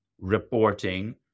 reporting